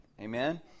Amen